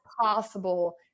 possible